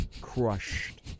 crushed